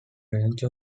range